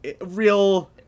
real